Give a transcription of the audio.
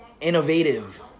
Innovative